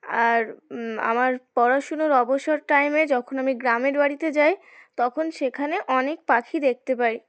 আর আমার পড়াশুনোর অবসর টাইমে যখন আমি গ্রামের বাড়িতে যাই তখন সেখানে অনেক পাখি দেখতে পাই